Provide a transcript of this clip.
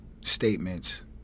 statements